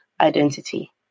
identity